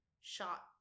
shot